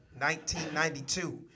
1992